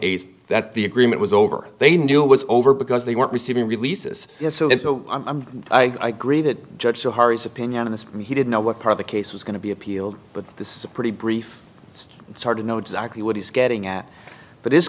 eighth that the agreement was over they knew it was over because they weren't receiving releases so i'm i agree that judge opinion on this and he didn't know what the case was going to be appealed but this is a pretty brief it's it's hard to know exactly what he's getting at but it's